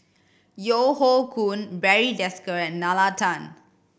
Yeo Hoe Koon Barry Desker and Nalla Tan